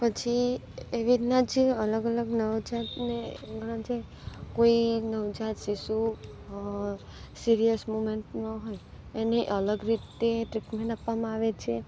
પછી એવી રીતના જ અલગ અલગ નવજાતને એના જે કોઈ નવજાત શિશુ અ સિરિયસ મુવમેન્ટ ન હોય એને અલગ રીતે ટ્રીટમેન્ટ આપવામાં આવે છે